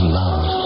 love